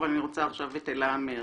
אבל אני רוצה עכשיו את אלה אמיר,